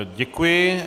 Děkuji.